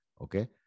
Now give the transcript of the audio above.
Okay